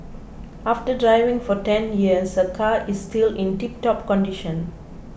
after driving for ten years her car is still in tiptop condition